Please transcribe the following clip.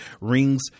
Rings